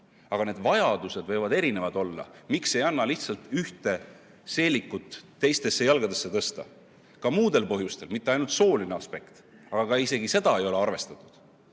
Need vajadused võivad erinevad olla, näiteks miks ei anna lihtsalt ühte seelikut teistesse jalgadesse tõsta, ka muudel põhjustel, mitte ainult sooline aspekt, aga isegi seda ei ole arvestatud.